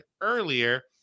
earlier